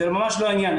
זה ממש לא העניין,